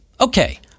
Okay